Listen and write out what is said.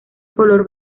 color